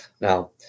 Now